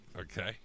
Okay